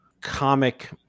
comic